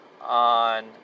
on